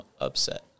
upset